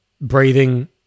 Breathing